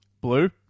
Blue